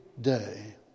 day